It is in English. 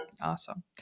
awesome